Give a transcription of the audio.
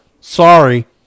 Sorry